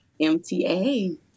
MTA